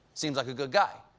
seems like a good guy.